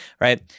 right